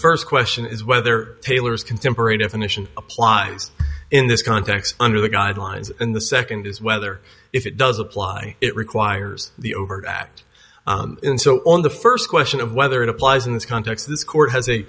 first question is whether taylor's contemporary definition applies in this context under the guidelines and the second is whether if it does apply it requires the overt act and so on the first question of whether it applies in this context this court has a